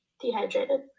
dehydrated